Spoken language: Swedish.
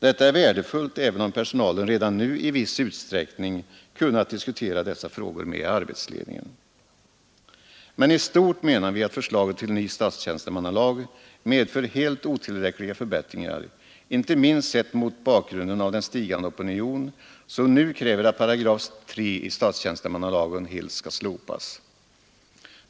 Detta är värdefullt även om personalen redan nu i viss utsträckning kunnat diskutera dessa frågor med arbetsledningen. Men i stort menar vi att förslaget till ny statstjänstemannalag medför helt otillräckliga förbättringar, inte minst sett mot bakgrunden av den stigande opinion som nu kräver att 3 § i statstjänstemannalagen helt skall slopas.